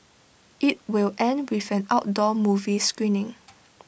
IT will end with an outdoor movie screening